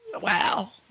wow